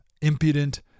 impudent